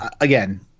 again